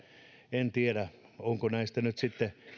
en tiedä onko näistä nyt sitten